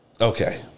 Okay